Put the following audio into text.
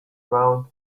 round